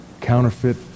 counterfeit